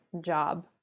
job